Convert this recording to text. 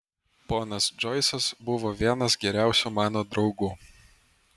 ponas džoisas buvo vienas geriausių mano draugų